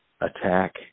attack